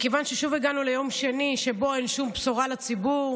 מכיוון ששוב הגענו ליום שני שבו אין שום בשורה לציבור,